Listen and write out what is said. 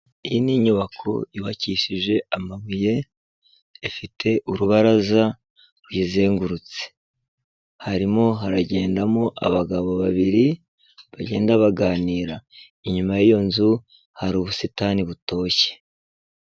Iyi ni inyubako yubakishije amabuye, ifite urubaraza ruyizengurutse, harimo haragendamo abagabo babiri bagenda baganira, inyuma y'iyo nzu hari ubusitani butoshye.